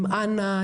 עם אנ"א,